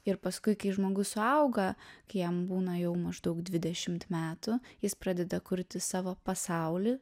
ir paskui kai žmogus suauga kai jam būna jau maždaug dvidešimt metų jis pradeda kurti savo pasaulį